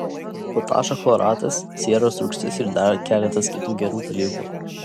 potašo chloratas sieros rūgštis ir dar keletas kitų gerų dalykų